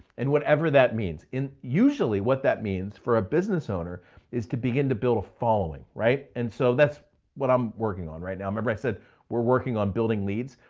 and whatever that means. and usually what that means for a business owner is to begin to build a following, right. and so that's what i'm working on right now. remember i said we're working on building leads.